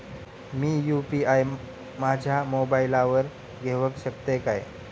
मी UPI माझ्या मोबाईलावर घेवक शकतय काय?